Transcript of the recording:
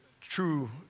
true